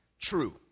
true